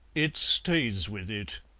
it stays with it.